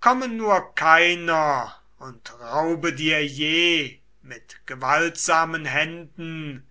komme nur keiner und raube dir je mit gewaltsamen händen